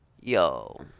Yo